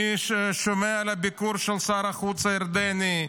אני שומע על הביקור של שר החוץ הירדני,